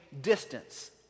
distance